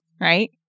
Right